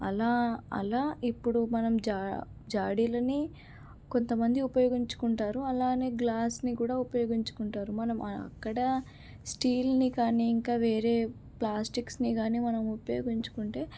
అలా అలా ఇప్పుడు మనం జా జాడీలని కొంత మంది ఉపయోగించుకుంటారు అలానే గ్లాస్ని కూడా ఉపయోగించుకుంటారు మనం అక్కడ స్టీల్ని కానీ ఇంకా వేరే ప్లాస్టిక్స్ని కానీ మనము ఉపయోగించుకుంటే